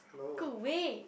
go away